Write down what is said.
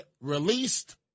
released